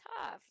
tough